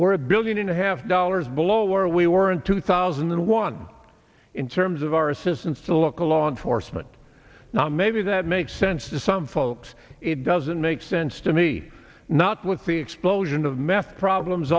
or a billion and a half dollars below where we were in two thousand and one in terms of our assistance to local law enforcement now maybe that makes sense to some folks it doesn't make sense to me not with the explosion of meth problems